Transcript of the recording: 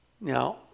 Now